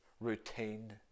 routine